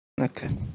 Okay